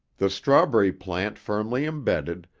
the strawberry plant firmly imbedded,